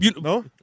No